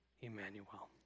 Emmanuel